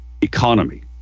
economy